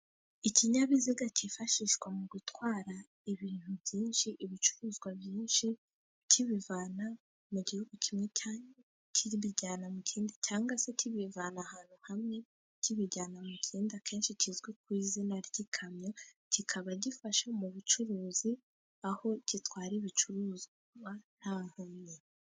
Ikinyabiziga cyifashishwa mu gutwara ibintu byinshi, ibicuruzwa byinshi kibivana mu gihugu kimwe, kibijyana mu kindi, cyangwa se kibivana ahantu hamwe, kibijyana ahandi ,akenshi kizwi ku izina ry'ikamyo. Kikaba gifasha mu bucuruzi aho gitwara ibicuruzwa nta nkomyi.